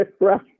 Right